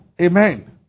Amen